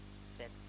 set